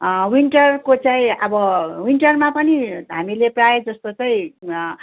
विइन्टरको चाहिँ अब विइन्टरमा पनि हामीले प्रायः जस्तो चाहिँ